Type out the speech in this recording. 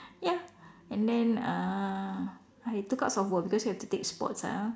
ya and then uh I took up softball because you have to take sports ah